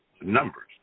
numbers